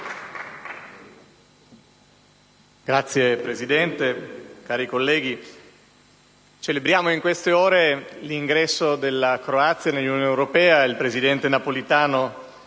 Signora Presidente, cari colleghi, celebriamo in queste ore l'ingresso della Croazia nell'Unione europea e il presidente Napolitano